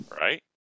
Right